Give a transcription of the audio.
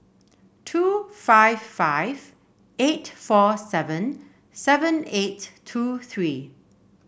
two five five eight four seven seven eight two three